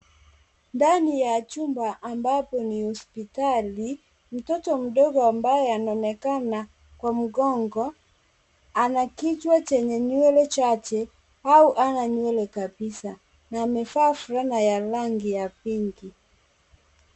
Ndani ya chumba, ambapo ni hospitali, mtoto mdogo ambaye anaonekana kwa mgongo, ana kichwa chenye nywele chache, au hana nywele kabisa, na amevaa fulana ya rangi ya pink .